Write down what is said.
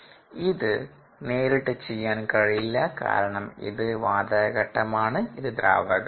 ഇത് നേരിട്ട് ചെയ്യാൻ കഴിയില്ല കാരണം ഇത് വാതകഘട്ടമാണ് ഇത് ദ്രാവകഘട്ടമാണ്